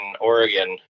Oregon